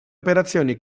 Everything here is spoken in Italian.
operazioni